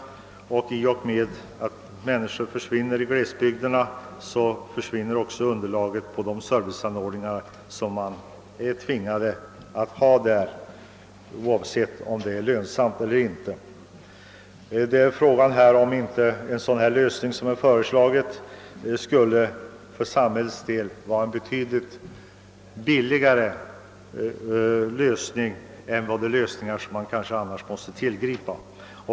I och med att så många människor flyttar från glesbygderna försvinner också underlaget för de serviceanordningar som man är tvingad att ha, oavsett om det är lönsamt eller inte. Frågan är om inte en sådan lösning som den här föreslagna skulle för samhällets del vara betydligt billigare än de lösningar som annars måste tillgripas.